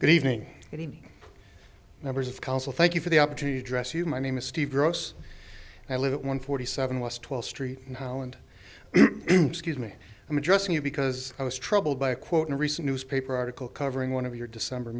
good evening any members of council thank you for the opportunity to dress you my name is steve gross i live at one forty seven west twelfth street in holland excuse me i'm addressing you because i was troubled by a quote in a recent newspaper article covering one of your december